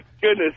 goodness